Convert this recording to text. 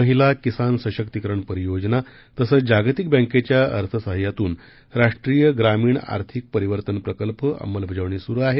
महिला किसान सशक्तिकरण परियोजना तसंच जागतिक बँकेच्या अर्थसहाय्यातून राष्ट्रीय ग्रामीण आर्थिक परिवर्तन प्रकल्प अंमलबजावणी सुरु आहे